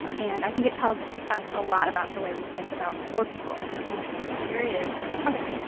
and i think it tells us a lot about the way we think about poor people in this country curious ok.